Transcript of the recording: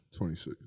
26